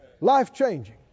Life-changing